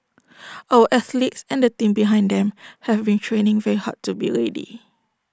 our athletes and the team behind them have been training very hard to be ready